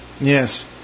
yes